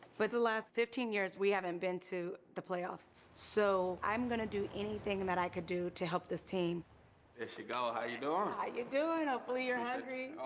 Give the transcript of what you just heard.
but the last fifteen years, we haven't been to the playoffs. so i'm gonna do anything and that i could do to help this team. there she go. how you doing? and how you doing? hopefully you're hungry. oh,